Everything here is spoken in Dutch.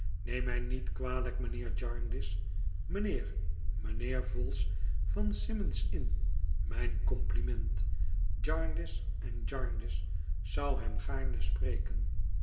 neem mij niet kwalijk mijnheer jarndyce mijnheer mijnheer vholes van s y m o n d s i n n mijn compliment jarndyce en jarndyce zou hem gaarne spreken